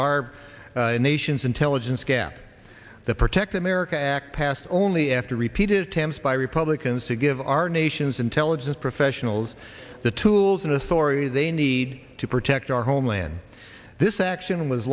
our nation's intelligence gap the protect america act passed only after repeated attempts by republicans to give our nation's intelligence professionals the tools and authority they need to protect our homeland this action was